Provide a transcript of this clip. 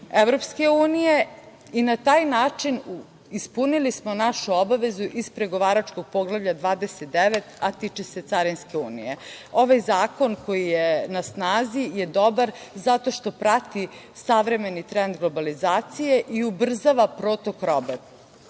zakonom EU i na taj način ispunili smo našu obavezu iz pregovaračkog Poglavlja 29, a tiče se carinske unije. Ovaj zakon, koji je na snazi, je dobar zato što prati savremeni trend globalizacije i ubrzava protok robe